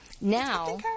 Now